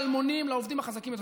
שלמונים לעובדים החזקים ביותר,